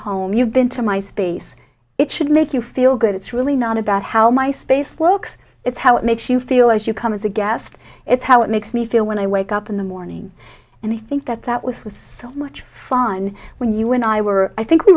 home you've been to my space it should make you feel good it's really not about how my space walks it's how it makes you feel as you come as a guest it's how it makes me feel when i wake up in the morning and i think that that was was so much fun when you and i were i think we